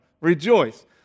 Rejoice